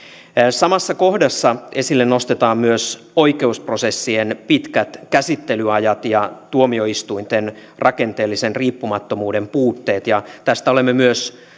samassa kohdassa esille nostetaan myös oikeusprosessien pitkät käsittelyajat ja tuomioistuinten rakenteellisen riippumattomuuden puutteet tästä olemme myös